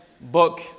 book